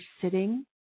sitting